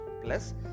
plus